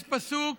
יש פסוק